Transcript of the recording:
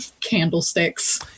candlesticks